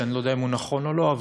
שאני לא יודע אם הוא נכון או לא,